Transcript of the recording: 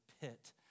pit